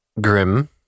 grim